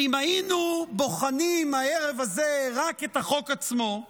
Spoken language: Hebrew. ואם היינו בוחנים הערב הזה רק את החוק עצמו,